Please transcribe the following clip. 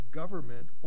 government